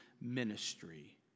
ministry